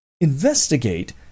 investigate